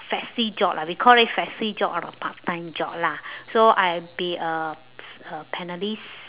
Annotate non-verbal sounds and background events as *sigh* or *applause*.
festive job lah we call it festive job or a part time job lah *breath* so I be a p~ uh panelist